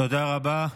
תודה רבה.